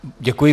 Děkuji.